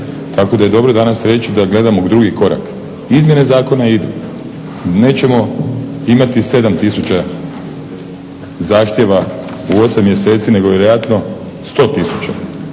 Tako da je dobro danas reći da gledamo drugi korak. Izmjene zakona idu. Nećemo imati 7 tisuća zahtjeva u 8 mjeseci nego vjerojatno 100